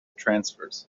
transfers